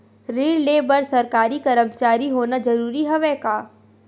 ऋण ले बर सरकारी कर्मचारी होना जरूरी हवय का?